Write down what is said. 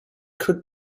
could